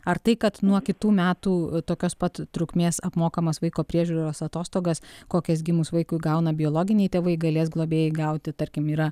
ar tai kad nuo kitų metų tokios pat trukmės apmokamas vaiko priežiūros atostogas kokias gimus vaikui gauna biologiniai tėvai galės globėjai gauti tarkim yra